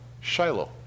Shiloh